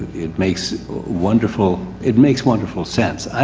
it makes wonderful, it makes wonderful sense. i,